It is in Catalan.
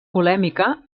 polèmica